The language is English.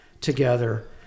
together